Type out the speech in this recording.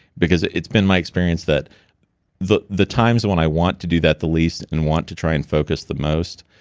because it's been my experience that the the times when i want to do that the least and want to try and focus the most,